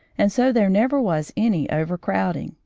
and so there never was any overcrowding,